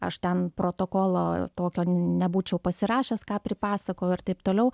aš ten protokolo tokio nebūčiau pasirašęs ką pripasakojau ir taip toliau